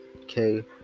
okay